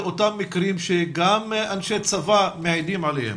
אותם מקרים שגם אנשי צבא מעידים עליהם,